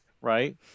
right